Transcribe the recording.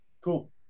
Cool